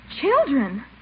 Children